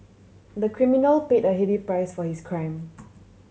the criminal paid a heavy price for his crime